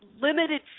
limited